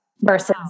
versus